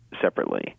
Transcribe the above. separately